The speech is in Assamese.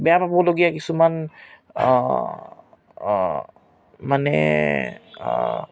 বেয়া পাবলগীয়া কিছুমান মানে